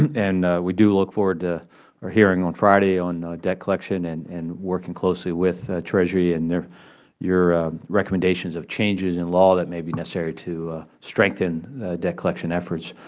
and we do look forward to our hearing on friday on debt collection and and working closely with treasury and your recommendations of changes in law that may be necessary to strengthen debt collection efforts.